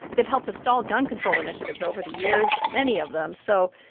they've helped to stall gun-control initiatives over the years, many of them. so,